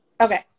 Okay